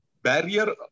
barrier